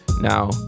Now